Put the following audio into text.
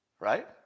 right